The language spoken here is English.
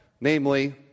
namely